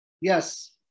Yes